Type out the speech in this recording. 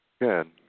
Good